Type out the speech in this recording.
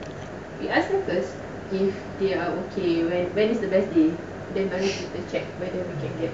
if you can